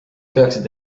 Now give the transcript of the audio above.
peaksid